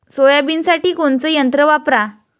सोयाबीनसाठी कोनचं यंत्र वापरा?